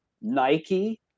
Nike